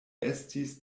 estis